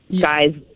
guys